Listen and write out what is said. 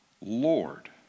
Lord